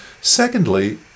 Secondly